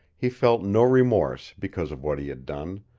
he felt no remorse because of what he had done,